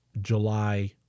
July